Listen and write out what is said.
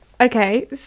okay